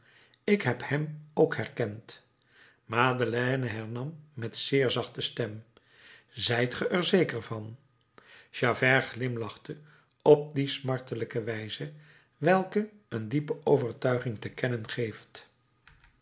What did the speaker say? ik heb hem ook herkend madeleine hernam met zeer zachte stem zijt ge er zeker van javert glimlachte op die smartelijke wijze welk een diepe overtuiging te kennen geeft